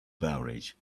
beverage